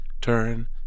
turn